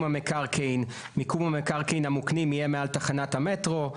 המקרקעין מיקום המקרקעין המוקנים יהיה מעל תחנת המטרו".